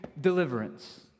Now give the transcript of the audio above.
deliverance